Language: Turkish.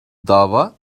dava